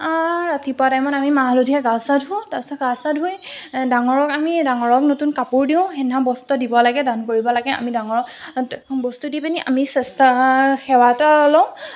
ৰাতিপুৱা টাইমত আমি মাহ হালধিৰে গা চা ধুও তাৰ পিছত গা চা ধুই ডাঙৰক আমি ডাঙৰক আমি নতুন কাপোৰ দিওঁ সেইদিনা বস্ত্ৰ দিব লাগে বস্ত্ৰ দান কৰিব লাগে আমি ডাঙৰক বস্তু দি পিনি আমি জ্যেষ্ঠৰ সেৱা এটা লওঁ